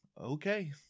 okay